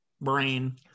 Brain